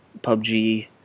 PUBG